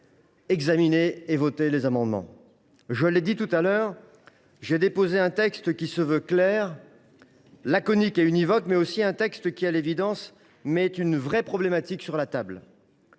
examiner et voter les amendements. Je l’ai dit tout à l’heure, j’ai déposé un texte qui se veut clair, laconique et univoque, mais qui, à l’évidence, met un vrai sujet sur la table.